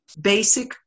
basic